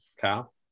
Kyle